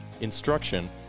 instruction